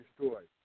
destroyed